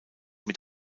mit